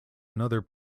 another